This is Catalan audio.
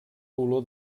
olor